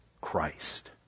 Christ